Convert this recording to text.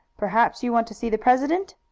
perhaps you want to see the president?